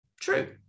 true